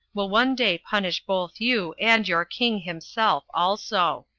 will one day punish both you and your king himself also.